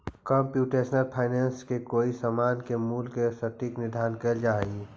computational finance से कोई समान के मूल्य के सटीक निर्धारण कैल जा हई